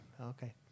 Okay